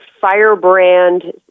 firebrand